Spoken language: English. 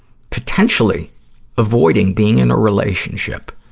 potentially avoiding being in a relationship,